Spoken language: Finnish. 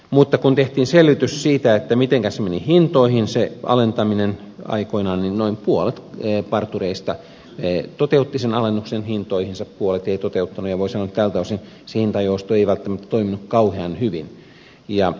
mutta kun tehtiin selvitys siitä mitenkä se meni hintoihin se alentaminen aikoinaan niin noin puolet partureista toteutti sen alennuksen hintoihinsa puolet eivät toteuttaneet ja voi sanoa että tältä osin se hintajousto ei välttämättä toiminut kauhean hyvin